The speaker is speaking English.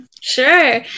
Sure